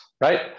right